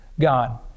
God